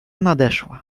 nadeszła